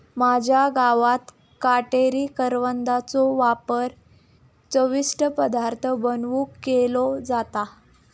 माझ्या गावात काटेरी करवंदाचो वापर चविष्ट पदार्थ बनवुक केलो जाता